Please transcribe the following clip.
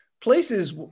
places